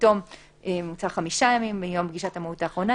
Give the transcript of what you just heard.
בתום חמישה ימים מיום פגישת המהו"ת האחרונה,